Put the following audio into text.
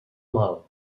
mal